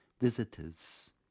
visitors